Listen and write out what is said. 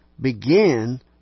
begin